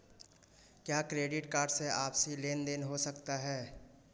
क्या credit card से आपसी लेनदेन हो सकता है?